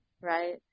right